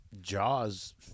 Jaws